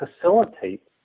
facilitate